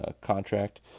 contract